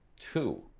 two